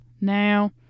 now